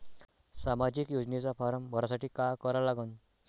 सामाजिक योजनेचा फारम भरासाठी का करा लागन?